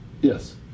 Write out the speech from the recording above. yes